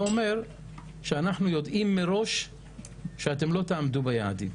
זה אומר שאנחנו יודעים מראש שאתם לא תעמדו ביעדים.